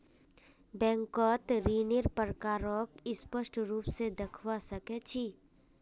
बैंकत ऋन्नेर प्रकारक स्पष्ट रूप से देखवा सके छी